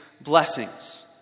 blessings